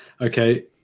Okay